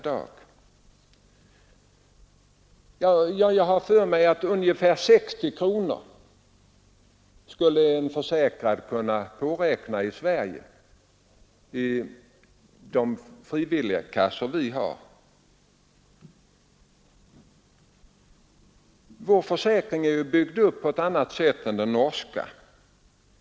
Jag har för mig att ungefär 60 kronor skulle en försäkrad i samma inkomstläge kunna påräkna i Sverige i de frivilliga kassor vi har. Vår försäkring är ju uppbyggd på ett annat sätt än den norska.